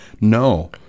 no